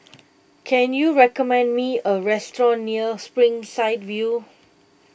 can you recommend me a restaurant near Springside View